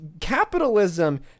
Capitalism